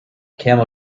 camel